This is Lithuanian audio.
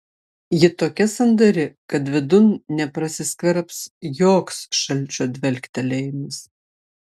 ji tokia sandari kad vidun neprasiskverbs joks šalčio dvelktelėjimas